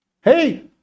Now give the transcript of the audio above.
Hey